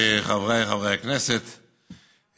חבריי חברי הכנסת,